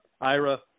Ira